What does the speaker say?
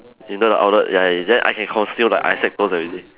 you know the outlet ya is then I can conceal the Isaac toast already